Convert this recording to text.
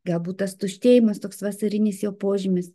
galbūt tas tuštėjimas toks vasarinis jo požymis